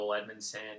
Edmondson